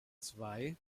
zwei